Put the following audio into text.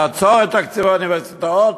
לעצור את תקציבי האוניברסיטאות,